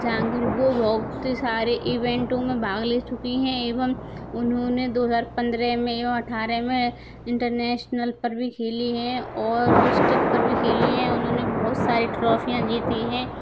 जहाँगीर वो बहुत ही सारे इवेंटों में भाग ले चुकी हैं एवं उन्होंने दो हज़ार पन्द्रह में एवं अट्ठारह में इंटरनेशनल पर भी खेली हैं और डिस्टिक पर भी खेली हैं उन्होंने बहुत सारी ट्राफियां जीती हैं